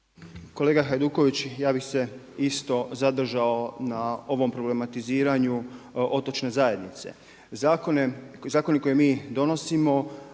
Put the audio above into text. Kolega Hajduković ja bi se isto zadržao na ovom problematiziranju otočne zajednice. Zakoni koje mi donosimo